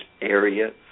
area